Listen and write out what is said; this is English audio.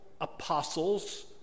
apostles